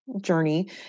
journey